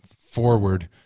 forward